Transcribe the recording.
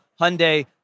Hyundai